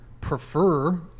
prefer